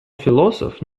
философ